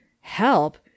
Help